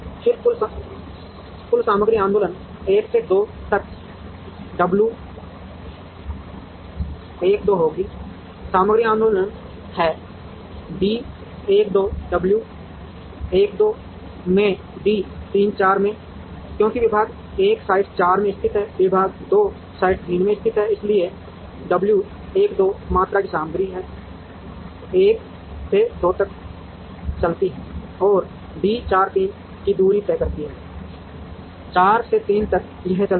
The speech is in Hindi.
फिर कुल सामग्री आंदोलन 1 से 2 तक डब्ल्यू 1 2 होगा सामग्री आंदोलन है डी 1 2 डब्ल्यू 1 2 में डी 3 4 में क्योंकि विभाग 1 साइट 4 में स्थित है विभाग 2 साइट 3 में स्थित है इसलिए w 1 2 मात्रा की सामग्री 1 से 2 तक चलती है और d 4 3 की दूरी तय करती है 4 से 3 तक यह चलती है